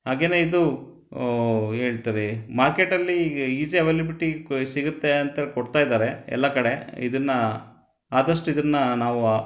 ಹಾಗೆನೇ ಇದು ಹೇಳ್ತಾರೆ ಮಾರ್ಕೆಟ್ಟಲ್ಲಿ ಈಗ ಈಸಿ ಅಲೇಲೆಬಿಟಿ ಕು ಸಿಗುತ್ತೆ ಅಂತೇಳಿ ಕೊಡ್ತಾ ಇದ್ದಾರೆ ಎಲ್ಲ ಕಡೆ ಇದನ್ನ ಆದಷ್ಟು ಇದನ್ನ ನಾವು